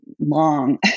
long